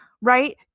right